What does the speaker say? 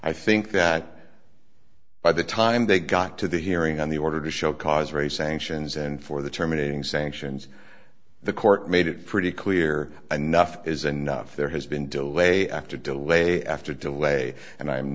i think that by the time they got to the hearing on the order to show cause very sanctions and for the terminating sanctions the court made it pretty clear enough is enough there has been delay after delay after delay and i'm